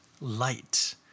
light